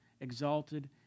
exalted